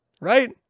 right